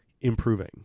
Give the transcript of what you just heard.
improving